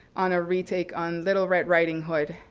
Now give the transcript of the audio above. on a retake on little red riding hood,